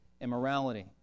immorality